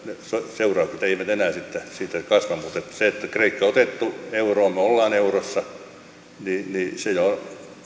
seuraukset eivät enää siitä kasva mutta se että kreikka on otettu euroon me olemme eurossa jo